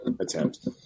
attempt